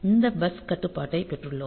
இந்த பஸ் கட்டுப்பாட்டை பெற்றுள்ளோம்